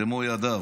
במו ידיו,